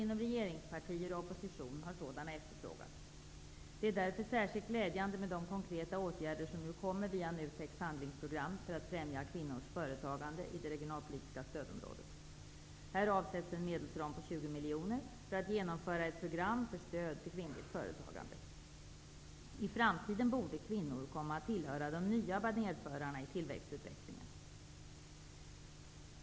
Inom både regeringspartier och opposition har sådana efterfrågats. Det är därför särskilt glädjande med de konkreta åtgärder som nu kommer via NUTEK:s handlingsprogram för att främja kvinnors företagande i det regionalpolitiska stödområdet. Här avsätts en medelsram på 20 miljoner för att genomföra ett program för stöd till kvinnligt företagande. I framtiden borde kvinnor komma att tillhöra de nya banerförarna i tillväxtutvecklingen.